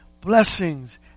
blessings